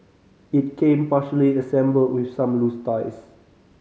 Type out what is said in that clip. it came partially assembled with some loose tiles